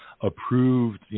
approved